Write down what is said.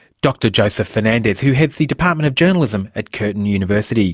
dr joseph fernandez who heads the department of journalism at curtin university.